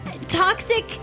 Toxic